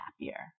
happier